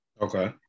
Okay